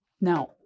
Now